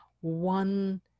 one